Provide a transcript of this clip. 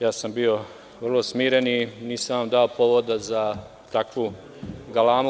Ja sam bio vrlo smiren i nisam vam dao povoda za takvu galamu.